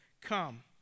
Come